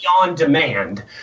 on-demand